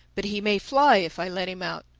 but he may fly, if i let him out,